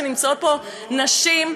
שנמצאות פה נשים,